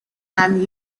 and